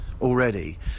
already